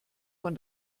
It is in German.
von